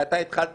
תפקיד